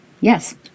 Yes